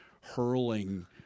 hurling